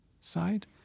side